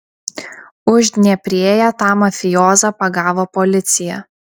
uždnieprėje tą mafijozą pagavo policija